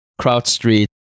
CrowdStreet